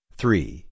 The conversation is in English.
three